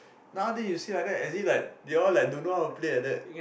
nowaday you say like that as if they don't know how to play like that